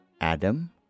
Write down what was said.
Adam